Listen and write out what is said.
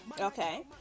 Okay